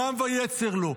גם ויצר לו.